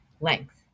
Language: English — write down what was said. length